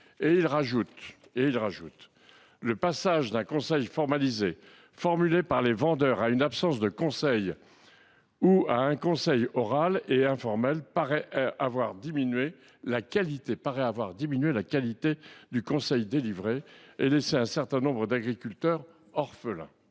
» Ils ajoutent que « le passage d’un conseil formalisé formulé par les vendeurs à une absence de conseil ou à un conseil oral et informel paraît avoir diminué la qualité du conseil délivré et laissé un certain nombre d’agriculteurs “orphelins”